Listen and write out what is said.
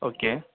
okay